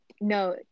No